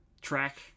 track